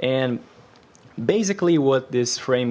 and basically what this frame